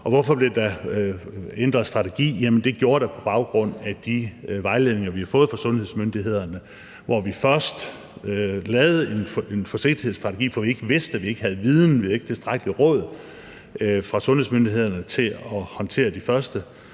Hvorfor blev der ændret strategi? Jamen det gjorde der på baggrund af de vejledninger, vi har fået fra sundhedsmyndighederne, hvor vi først lavede en forsigtighedsstrategi, fordi vi ikke havde viden; vi havde ikke fået tilstrækkeligt med råd fra sundhedsmyndighederne til at håndtere de første